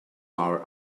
our